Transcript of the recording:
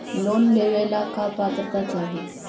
Loan लेवेला का पात्रता चाही?